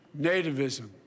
nativism